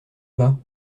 bas